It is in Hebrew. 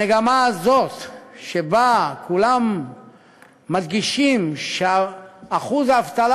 המגמה הזאת שבה כולם מדגישים שאחוז האבטלה